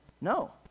no